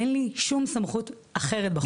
אין לי שום סמכות אחרת בחוק.